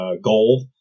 gold